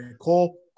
Cole